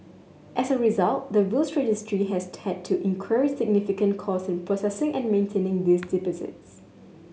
as a result the Wills Registry has had to incur significant cost in processing and maintaining these deposits